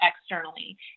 externally